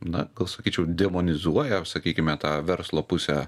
na gal sakyčiau demonizuoja sakykime tą verslo pusę